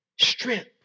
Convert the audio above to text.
strength